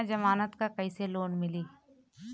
बिना जमानत क कइसे लोन मिली?